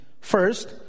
First